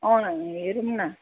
अँ हेरौँ न